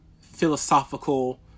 philosophical